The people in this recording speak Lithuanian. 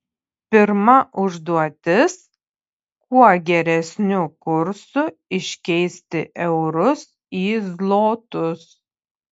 pirma užduotis kuo geresniu kursu iškeisti eurus į zlotus